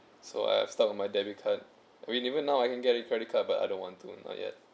so I start with my debit card I mean even now I can get a credit card but I don't want to not yet